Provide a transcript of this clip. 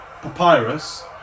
papyrus